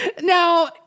Now